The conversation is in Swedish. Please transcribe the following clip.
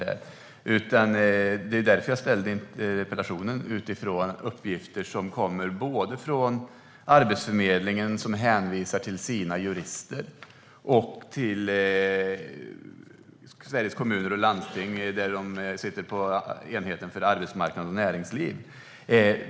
Min interpellation bygger på uppgifter som kommer från Arbetsförmedlingen, som hänvisar till sina juris-ter, och från Sveriges Kommuner och Landsting och deras enhet för arbetsmarknad och näringsliv.